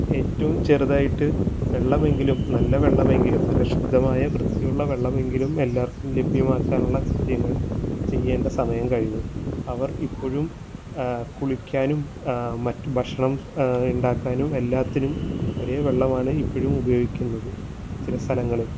ഏറ്റവും ചെറുതായിട്ട് വെള്ളമെങ്കിലും നല്ല വെള്ളമെങ്കിലും നല്ല ശുദ്ധമായ വൃത്തിയുള്ള വെള്ളമെങ്കിലും എല്ലാവര്ക്കും ലഭ്യമാക്കാനുള്ള കാര്യങ്ങള് ചെയ്യേണ്ട സമയം കഴിഞ്ഞു അവര് ഇപ്പോഴും കുളിക്കാനും മറ്റ് ഭക്ഷണം ഉണ്ടാക്കാനും എല്ലാത്തിനും ഒരേ വെള്ളമാണ് ഇപ്പോഴും ഉപയോഗിക്കുന്നത് ചില സ്ഥലങ്ങളില്